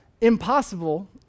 impossible